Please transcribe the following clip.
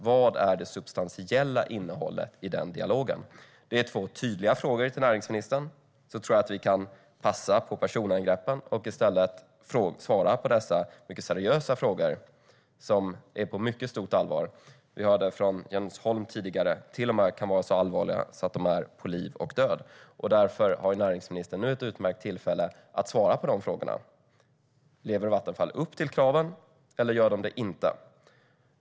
Vad är det substantiella innehållet i den dialogen? Det är två tydliga frågor till näringsministern. Jag tror att vi kan passa på personangreppen och i stället svara på dessa mycket seriösa frågor som är på stort allvar. Vi hörde från Jens Holm tidigare att de till och med kan vara så allvarliga att de är på liv och död. Därför har näringsministern nu ett utmärkt tillfälle att svara på dessa frågor: Lever Vattenfall upp till kraven, eller gör de det inte?